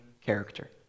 character